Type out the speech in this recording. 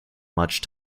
much